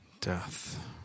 Death